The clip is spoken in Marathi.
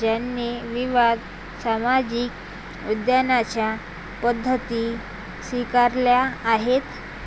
ज्याने विविध सामाजिक विज्ञानांच्या पद्धती स्वीकारल्या आहेत